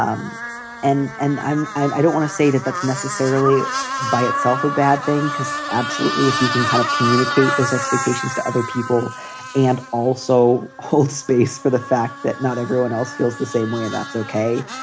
um and and i don't want to say that that's necessarily by itself a bad thing, because. absolutely. if you can kind of communicate those expectations to other people and also hold space for the fact that not everyone else feels the same way and that's ok.